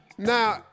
Now